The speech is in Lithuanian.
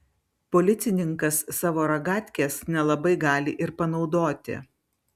policininkas savo ragatkės nelabai gali ir panaudoti